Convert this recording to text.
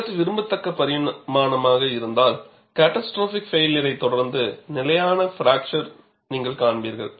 சா கட் விரும்பத்தக்க பரிமாணமாக இருந்தால் கேட்டாஸ்ட்ரோபிக் பைளியரை தொடர்ந்து நிலையான பிராக்சர் நீங்கள் காண்பீர்கள்